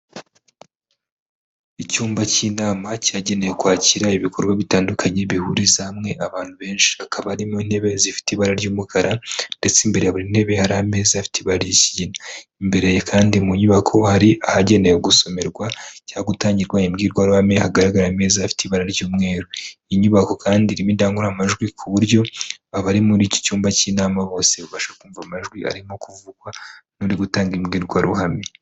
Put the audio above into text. Icyumba cy'inama cyagenewe kwakira ibikorwa bitandukanye bihuriza hamwe abantu benshi. Akaba ari mu ntebe zifite ibara ry'umukara, ndetse imbere ya buri ntebe hari ameza afite ibara ry'ikigina, imbere kandi mu nyubako hari ahagenewe gusomerwa, cyangwa gutangirwa imbwirwaruhame hagaragara ameza afite ibara ry'umweru, inyubako kandi irimo indangururamajwi ku buryo abari muri iki cyumba cy'inama bose babasha kumva amajwi arimo kuvugwa, n'uri gutanga imbwirwaruhame.